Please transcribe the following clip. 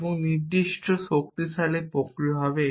এবং এটি একটি নির্ভরযোগ্য শক্তিশালী প্রক্রিয়া হবে